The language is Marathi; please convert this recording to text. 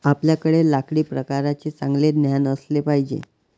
आपल्याकडे लाकडी प्रकारांचे चांगले ज्ञान असले पाहिजे